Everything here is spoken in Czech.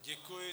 Děkuji.